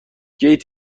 گیت